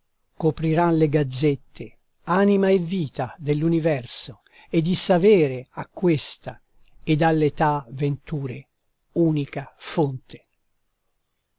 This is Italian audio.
copriran le gazzette anima e vita dell'universo e di savere a questa ed alle età venture unica fonte